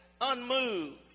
unmoved